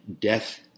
death